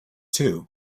two